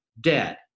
dead